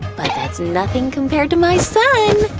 but that's nothing compared to my son!